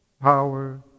Power